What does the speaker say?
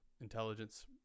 intelligence